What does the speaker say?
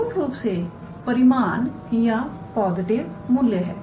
मूल रूप से परिमाण या पॉजिटिव मूल्य है